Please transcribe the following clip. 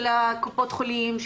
של קופות החולים,